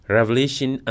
Revelation